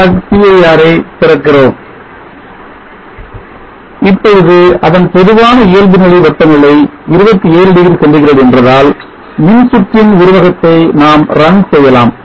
cir ஐ திறந்தோம் இப்பொழுது அதன் பொதுவான இயல்புநிலை வெப்பநிலை 27 டிகிரி சென்டிகிரேடு சென்றதால் மின்சுற்றின் உருவகத்தை நாம் run செய்யலாம்